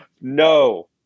No